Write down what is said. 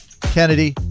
Kennedy